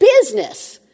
business